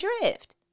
drift